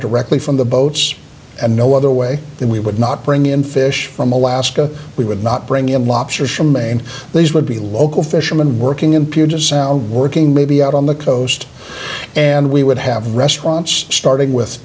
directly from the boats and no other way then we would not bring in fish from alaska we would not bring in lobsters from maine these would be local fishermen working in puget sound working maybe out on the coast and we would have restaurants starting with